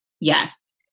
Yes